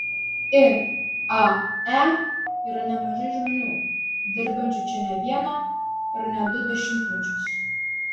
iae yra nemažai žmonių dirbančių čia ne vieną ir ne du dešimtmečius